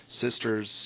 sister's